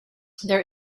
there